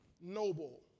Noble